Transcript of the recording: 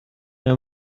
mehr